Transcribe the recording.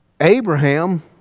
Abraham